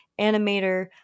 animator